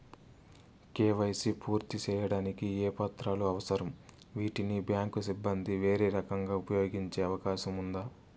KYC పూర్తి సేయడానికి ఏ పత్రాలు అవసరం, వీటిని బ్యాంకు సిబ్బంది వేరే రకంగా ఉపయోగించే అవకాశం ఉందా?